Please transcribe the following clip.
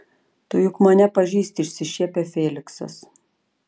tu juk mane pažįsti išsišiepia feliksas